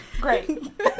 Great